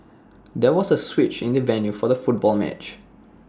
there was A switch in the venue for the football match